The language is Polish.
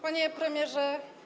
Panie Premierze!